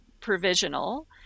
provisional